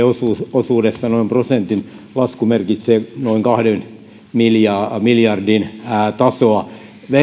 osuudessa noin prosentin lasku merkitsee noin kahden miljardin tasoa